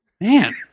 Man